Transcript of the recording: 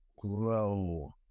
grow